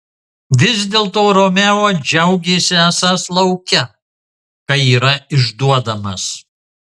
vis dėlto romeo džiaugėsi esąs lauke kai yra išduodamas